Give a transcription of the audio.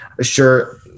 sure